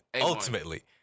ultimately